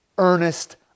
earnest